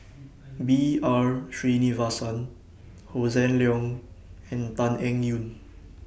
B R Sreenivasan Hossan Leong and Tan Eng Yoon